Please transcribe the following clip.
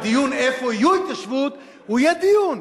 הדיון איפה תהיה התיישבות הוא יהיה דיון,